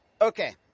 Okay